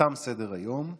תם סדר-היום.